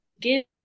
give